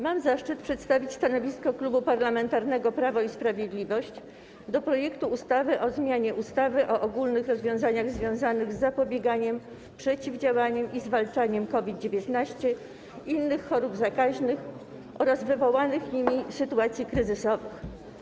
Mam zaszczyt przedstawić stanowisko Klubu Parlamentarnego Prawo i Sprawiedliwość odnośnie do projektu ustawy o zmianie ustawy o szczególnych rozwiązaniach związanych z zapobieganiem, przeciwdziałaniem i zwalczaniem COVID-19, innych chorób zakaźnych oraz wywołanych nimi sytuacji kryzysowych.